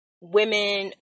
women